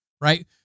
right